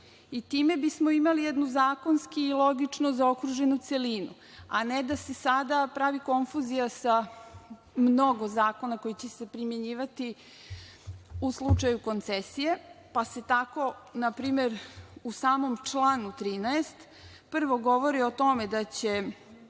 i time bismo imali jednu zakonski i logično zaokruženu celinu, a ne da se sada pravi konfuzija sa mnogo zakona koji će se primenjivati u slučaju koncesije, pa se tako u samom članu 13. prvo govori o tome da će